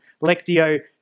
Lectio